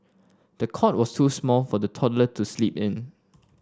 the cot was too small for the toddler to sleep in